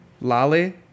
Lolly